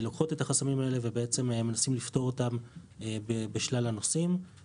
לוקחים את החסמים האלה ובעצם מנסים לפתור אותם בשלל הנושאים,